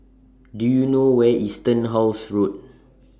Do YOU know Where IS Turnhouse Road